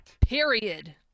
Period